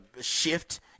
shift